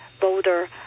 bolder